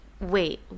Wait